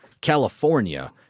California